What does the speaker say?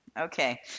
Okay